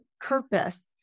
purpose